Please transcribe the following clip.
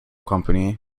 company